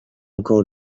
encore